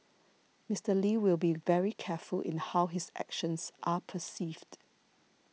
Mister Lee will be very careful in how his actions are perceived